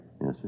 Yes